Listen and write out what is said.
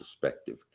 perspective